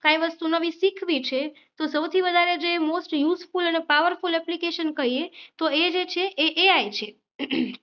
કોઇ વસ્તુ નવી શીખવી છે તો સૌથી વધારે જે મોસ્ટ યુઝફૂલ અને પાવરફૂલ એપ્લિકેશન કહીએ તો એ જે છે છે